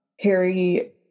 Harry